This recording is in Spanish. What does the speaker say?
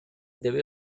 debe